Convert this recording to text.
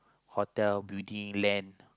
hotel building land